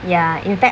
ya in fact